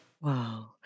Wow